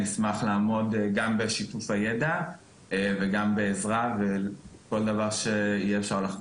נשמח לעמוד גם בשיתופי ידע וגם בעזרה ויותר נשמח